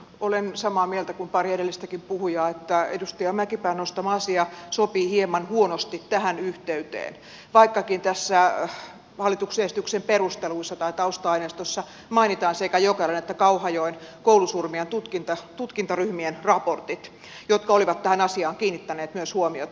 olen samaa mieltä kuin pari edellistäkin puhujaa että edustaja mäkipään nostama asia sopii hieman huonosti tähän yhteyteen vaikkakin tässä hallituksen esityksen perusteluissa tai tausta aineistossa mainitaan sekä jokelan että kauhajoen koulusurmien tutkintaryhmien raportit joissa oli tähän asiaan kiinnitetty myös huomiota